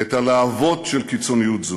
את הלהבות של קיצוניות זו.